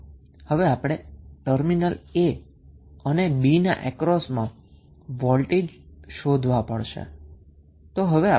તો હવે આપણે ટર્મિનલ a અને b ના અક્રોસમાં વોલ્ટેજ શોધવો પડશે